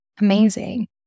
Amazing